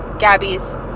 Gabby's